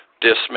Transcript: dismiss